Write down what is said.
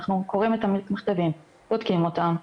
אנחנו קוראים את המכתבים, בודקים אותם.